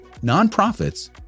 Nonprofits